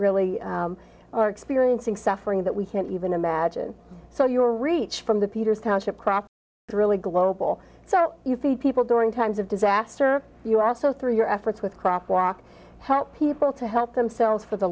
really are experiencing suffering that we can't even imagine so your reach from the peters township to really global so you feed people during times of disaster you also through your efforts with crop walk help people to help themselves for the